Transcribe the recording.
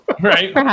Right